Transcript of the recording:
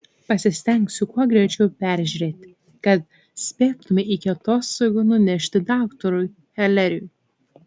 pasistengsiu kuo greičiau peržiūrėti kad spėtumei iki atostogų nunešti daktarui heleriui